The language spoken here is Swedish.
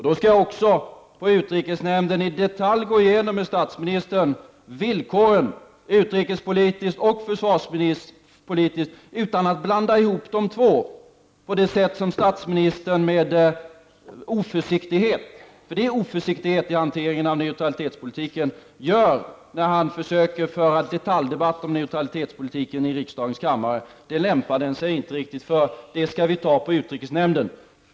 Jag skall på nästa möte med utrikesnämnden i detalj gå igenom med statsministern villkoren, utrikespolitiskt och försvarspolitiskt, utan att blanda ihop dem på det sätt som statsministern med oförsiktighet — det är oförsiktighet i hanteringen av neutralitetspolitiken — gör när han försöker föra en detaljdebatt om neutralitetspolitiken i riksdagens kammare. Det lämpar sig inte riktigt. Den diskussionen skall föras i utrikesnämnden.